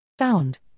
Sound